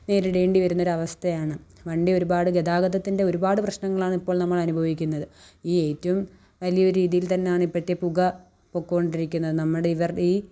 നേരിടേണ്ടി വരുന്ന ഒരവസ്ഥയാണ് വണ്ടി ഒരുപാട് ഗതാഗതത്തിൻ്റെ ഒരുപാട് പ്രശ്നങ്ങളാണ് ഇപ്പോൾ നമ്മൾ അനുഭവിക്കുന്നത് ഈ ഏറ്റവും വലിയൊരു രീതിയിൽ തന്നാണ് ഇപ്പോഴത്തെ പുക പൊയ്ക്കോണ്ടിരിക്കുന്നത് നമ്മുടെ ഇവരുടെ ഈ